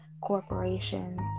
corporations